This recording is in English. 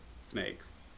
snakes